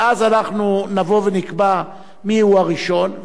ואז אנחנו נבוא ונקבע מיהו הראשון,